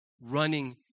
running